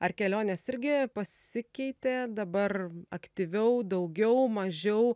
ar kelionės irgi pasikeitė dabar aktyviau daugiau mažiau